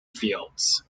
fields